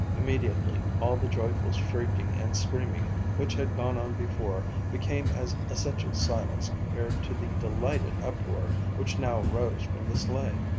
immediately all the joyful shrieking and screaming which had gone on before, became as essential silence compared to the delighted uproar which now rose from the sleigh.